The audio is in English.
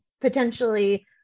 potentially